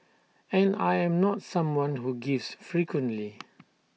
and I am not someone who gives frequently